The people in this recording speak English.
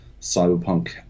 Cyberpunk